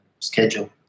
schedule